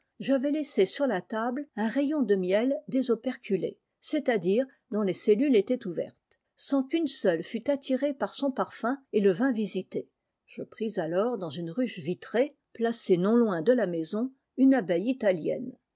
sans qu'une seule fût attirée par son parfum et le vînt visiter je pris alors dans une ruche vitrée placée non loin de la maison une abeille italienne